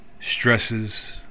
stresses